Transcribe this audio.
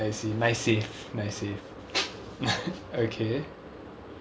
I see I see nice save nice save okay